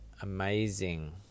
amazing